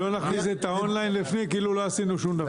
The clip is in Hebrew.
אם לא נכניס את האונליין כאילו לא עשינו שום דבר.